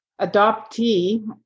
adoptee